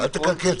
אל תקלקל,